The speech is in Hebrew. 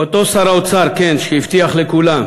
אותו שר האוצר, כן, שהבטיח לכולם,